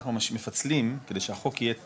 אנחנו מפצלים כדי שהחוק יהיה תקף,